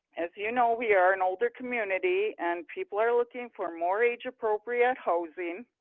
as you know, we are an older community and people are looking for more age appropriate housing.